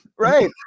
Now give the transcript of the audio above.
Right